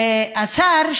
השר,